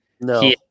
No